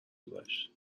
گذشت